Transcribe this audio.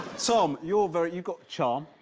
so um you're very. you've got charm.